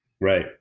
Right